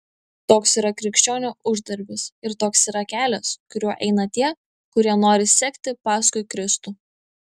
toks yra krikščionio uždarbis ir toks yra kelias kuriuo eina tie kurie nori sekti paskui kristų